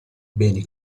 beni